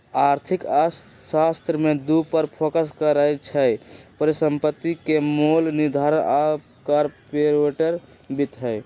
आर्थिक अर्थशास्त्र में दू पर फोकस करइ छै, परिसंपत्ति के मोल निर्धारण आऽ कारपोरेट वित्त